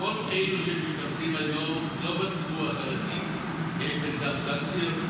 כל אלה שמשתמטים היום לא בציבור החרדי --- אני לא שומע.